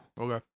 Okay